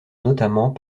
notamment